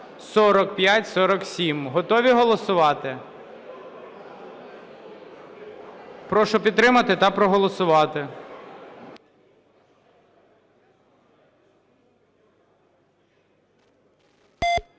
Готові голосувати? Прошу підтримати та проголосувати.